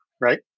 right